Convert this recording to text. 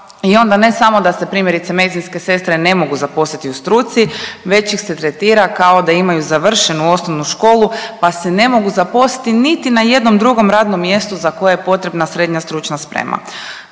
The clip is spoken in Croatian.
i onda ne samo da se primjerice medicinske sestre ne mogu zaposliti u struci već ih se tretira kao da imaju završenu osnovnu školu pa se ne mogu zaposliti niti na jednom drugom radnom mjestu za koje je potrebna srednja stručna sprema.